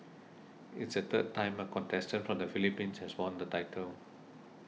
it's the third time a contestant from the Philippines has won the title